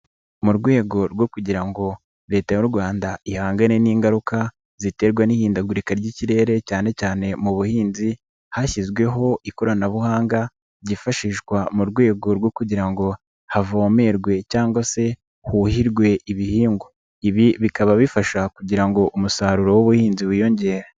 Mu rwego rwo kugira ngo Leta y'u Rwanda ihangane n'ingaruka ziterwa n'ihindagurika ry'ikirere cyane cyane mu buhinzi, hashyizweho ikoranabuhanga ryifashishwa mu rwego rwo kugira ngo havomerwe cyangwa se huhirwe ibihingwa. Ibi bikaba bifasha kugira ngo umusaruro w'ubuhinzi wiyongere.